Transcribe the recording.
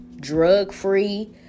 drug-free